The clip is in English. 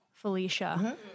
felicia